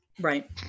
Right